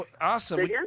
Awesome